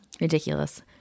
ridiculous